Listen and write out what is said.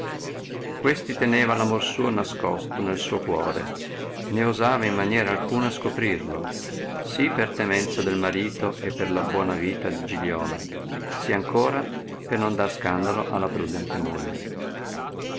questi teneva amor suo nascosto nel suo cuore né osava in maniera alcuna scoprirlo sì per temenza del marito e per la buona vita di giliola sì ancora per non dar scandalo alla prùdente moglie